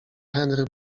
henry